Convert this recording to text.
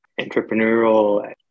entrepreneurial